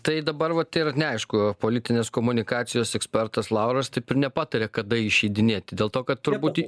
tai dabar vat ir neaišku politinės komunikacijos ekspertas lauras taip ir nepataria kada išeidinėti dėl to kad turbūt